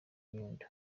inyundo